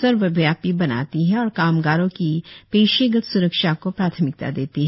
सर्वव्यापी बनाती है और कामगारों की पेशेगत स्रक्षा को प्राथमिकता देती है